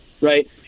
right